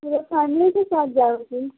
पूरे फैमली के साथ जाओगी